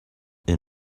est